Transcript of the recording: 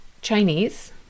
Chinese